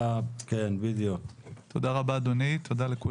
בוודאי בשטח שקטן מ-30